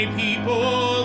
people